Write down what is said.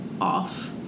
off